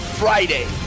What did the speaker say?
Friday